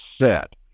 set